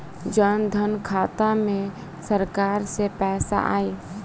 जनधन खाता मे सरकार से पैसा आई?